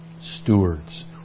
stewards